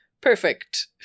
Perfect